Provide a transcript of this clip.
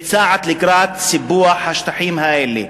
וצעד לקראת סיפוח השטחים האלה.